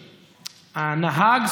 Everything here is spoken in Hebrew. הנהג,